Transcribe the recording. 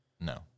No